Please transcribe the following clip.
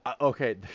okay